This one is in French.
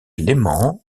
léman